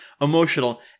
emotional